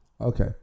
Okay